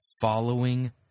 following